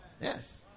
Yes